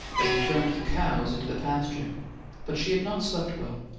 as he turned the cows into the pasture but she had not slept well.